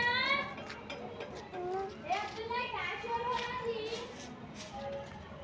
బ్యాంకులు అప్పుల గురించి ఎట్లాంటి జాగ్రత్తలు చెబుతరు?